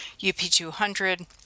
UP200